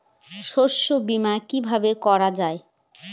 শস্য বীমা কিভাবে করা যায়?